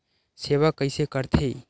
सेवा कइसे करथे?